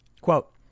Quote